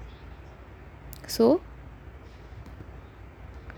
so